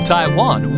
Taiwan